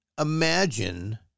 imagine